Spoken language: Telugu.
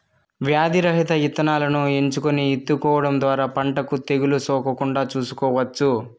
వ్యాధి రహిత ఇత్తనాలను ఎంచుకొని ఇత్తుకోవడం ద్వారా పంటకు తెగులు సోకకుండా చూసుకోవచ్చు